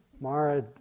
Mara